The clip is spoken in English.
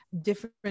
different